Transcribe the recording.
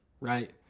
Right